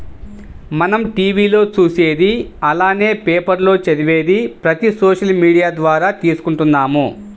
మనం టీవీ లో చూసేది అలానే పేపర్ లో చదివేది ప్రతిది సోషల్ మీడియా ద్వారా తీసుకుంటున్నాము